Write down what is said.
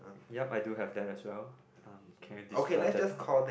yup I do have that as well um can you describe the dog